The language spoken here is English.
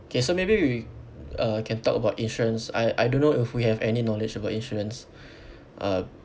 K so maybe we uh can talk about insurance I I don't know if we have any knowledge about insurance uh